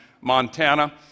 Montana